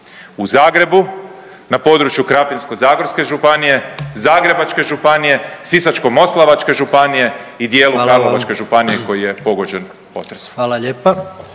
u Zagrebu, na području Krapinsko-zagorske županije, Zagrebačke županije, Sisačko-moslavačke županije i dijelu …/Upadica predsjednik: